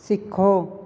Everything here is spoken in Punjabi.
ਸਿੱਖੋ